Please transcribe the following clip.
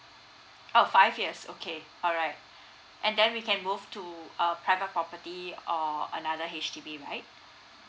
oh five years okay alright and then we can move to uh private property or another H_D_B right